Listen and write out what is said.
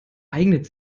eignet